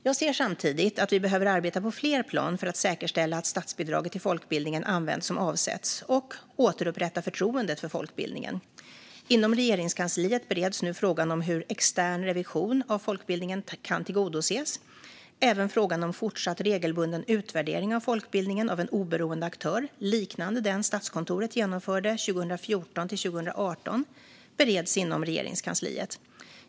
Jag ser samtidigt att vi behöver arbeta på fler plan för att säkerställa att statsbidraget till folkbildningen används som avsetts och återupprätta förtroendet för folkbildningen. Inom Regeringskansliet bereds nu frågan om hur extern revision av folkbildningen kan tillgodoses. Även frågan om fortsatt regelbunden utvärdering av folkbildningen av en oberoende aktör, liknande den Statskontoret genomförde 2014-2018, bereds inom Regeringskansliet.